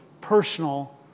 personal